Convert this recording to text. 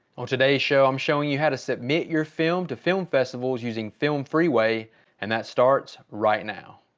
on today's show i'm showing you how to submit your film to film festivals using film freeway and that starts right now